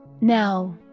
Now